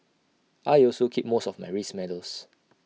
I also keep most of my race medals